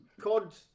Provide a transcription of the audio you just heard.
Cod